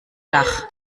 dach